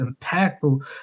impactful